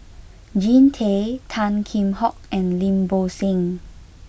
Jean Tay Tan Kheam Hock and Lim Bo Seng